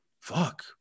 Fuck